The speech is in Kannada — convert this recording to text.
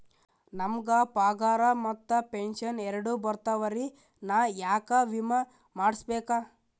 ನಮ್ ಗ ಪಗಾರ ಮತ್ತ ಪೆಂಶನ್ ಎರಡೂ ಬರ್ತಾವರಿ, ನಾ ಯಾಕ ವಿಮಾ ಮಾಡಸ್ಬೇಕ?